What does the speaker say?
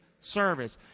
service